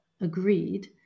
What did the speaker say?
agreed